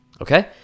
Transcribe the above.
Okay